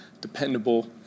dependable